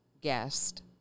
guest